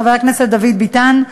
חבר הכנסת דוד ביטן,